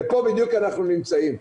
ופה בדיוק אנחנו נמצאים.